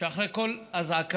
שאחרי כל אזעקה